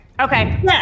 Okay